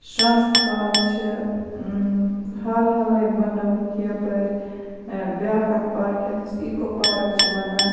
شرنٛز فال چھِ حال حالٕے بَنٲوٕکھ یَپٲر بیاکھ اکھ پارک یتھ أسۍ ایٖکو پارک چھِ وَنان